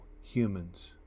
humans